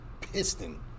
piston